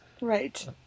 Right